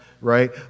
right